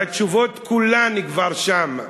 והתשובות כולן כבר שם,